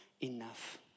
Enough